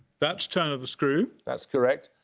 that's turn of the screw. that's correct.